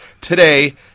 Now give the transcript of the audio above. today